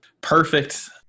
Perfect